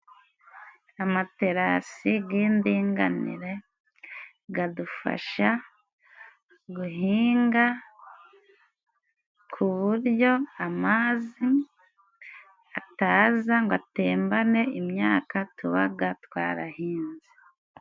Amaterasi y'indinganire adufasha guhinga, ku buryo amazi ataza ngo atembane imyaka tuba twarahinze.